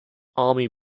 army